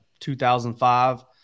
2005